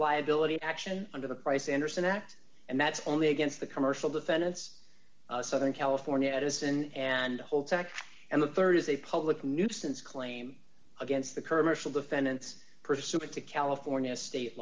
liability action under the price anderson act and that's only against the commercial defendants southern california edison and holds act and the rd is a public nuisance claim against the current mitchell defendants pursuant to california state